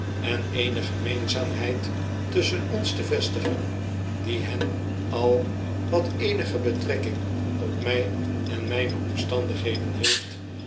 en eene gemeenzaamheid tusschen ons te vestigen die hen al wateenige betrekking op my en mpe omstandigheden heeft